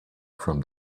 from